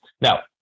Now